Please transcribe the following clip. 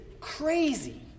crazy